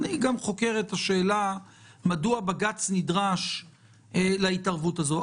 אני גם חוקר את השאלה מדוע בג"ץ נדרש להתערבות הזאת.